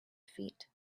feet